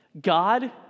God